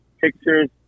pictures